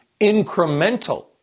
incremental